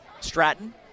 Stratton